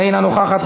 אינה נוכחת,